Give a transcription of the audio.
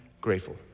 grateful